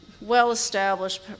well-established